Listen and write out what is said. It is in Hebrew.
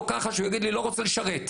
ככה שהוא יגיד לי שהוא לא רוצה לשרת.